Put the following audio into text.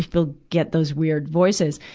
he'll get those weird voices.